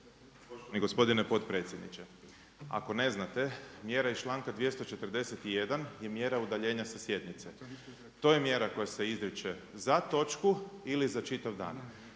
gospodine potpredsjedniče, ako ne znate mjera iz članka 241. je mjera udaljenja sa sjednice. To je mjera koja se izriče za točku ili za čitav dan.